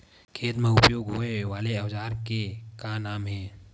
खेत मा उपयोग होए वाले औजार के का नाम हे?